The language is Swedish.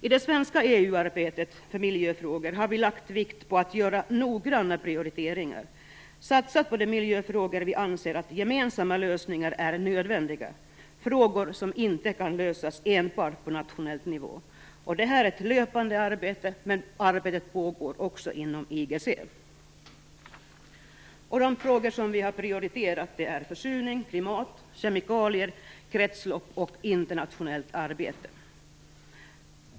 I det svenska EU-arbetet för miljöfrågor har vi lagt vikt vid att göra noggranna prioriteringar, satsat på de miljöfrågor där vi anser att gemensamma lösningar är nödvändiga, frågor som inte kan lösas enbart på nationell nivå. Detta är ett löpande arbete, men arbetet pågår också inom IGC. De frågor som vi har prioriterat är försurning, klimat, kemikalier, kretslopp och internationellt arbete.